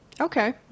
Okay